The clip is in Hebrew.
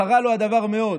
חרה לו הדבר מאוד: